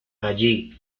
allí